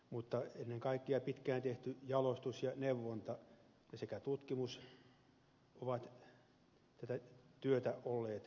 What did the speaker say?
mutta ennen kaikkea pitkään tehty jalostus ja neuvonta sekä tutkimus ovat tätä työtä olleet